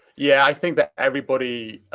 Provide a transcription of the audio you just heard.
yeah, i think that everybody,